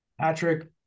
patrick